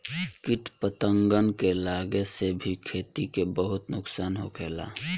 किट पतंगन के लागे से भी खेती के बहुत नुक्सान होखेला